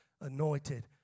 anointed